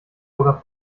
oder